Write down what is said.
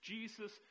Jesus